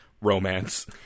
romance